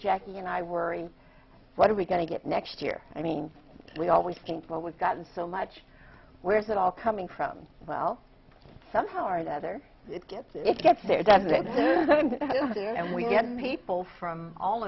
jacki and i worry what are we going to get next year i mean we always think well we've gotten so much where's it all coming from well somehow or another it gets it gets there and we get people from all